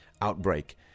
outbreak